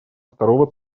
второго